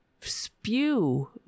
spew